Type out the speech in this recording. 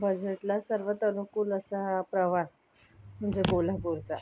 बजेटला सर्वात अनुकूल असा हा प्रवास म्हणजे कोल्हापूरचा